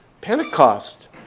Pentecost